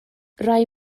rai